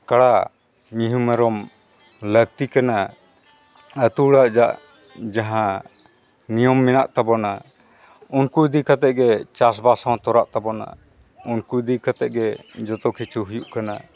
ᱠᱟᱲᱟ ᱢᱤᱦᱩ ᱢᱮᱨᱚᱢ ᱞᱟᱹᱠᱛᱤ ᱠᱟᱱᱟ ᱟᱛᱳ ᱚᱲᱟᱜ ᱨᱮᱭᱟᱜ ᱡᱟᱦᱟᱸ ᱱᱤᱭᱚᱢ ᱢᱮᱱᱟ ᱛᱟᱵᱚᱱᱟ ᱩᱱᱠᱩ ᱤᱫᱤ ᱠᱟᱛᱮᱫ ᱜᱮ ᱪᱟᱥᱵᱟᱥ ᱦᱚᱸ ᱛᱚᱨᱟᱜ ᱛᱟᱵᱚᱱᱟ ᱩᱱᱠᱩ ᱤᱫᱤ ᱠᱟᱛᱮᱫ ᱜᱮ ᱡᱚᱛᱚ ᱠᱤᱪᱷᱩ ᱦᱩᱭᱩᱜ ᱠᱟᱱᱟ